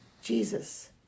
jesus